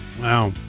Wow